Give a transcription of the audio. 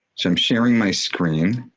so i'm sharing my screen.